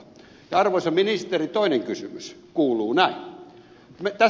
arvoisa ministeri toinen kysymys kuuluu näin